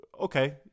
okay